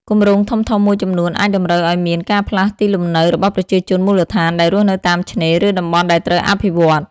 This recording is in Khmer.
គម្រោងធំៗមួយចំនួនអាចតម្រូវឲ្យមាន ការផ្លាស់ទីលំនៅរបស់ប្រជាជនមូលដ្ឋាន ដែលរស់នៅតាមឆ្នេរ ឬតំបន់ដែលត្រូវអភិវឌ្ឍ។